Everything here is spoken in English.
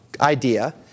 idea